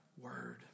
word